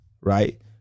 right